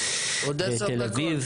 תל אביב,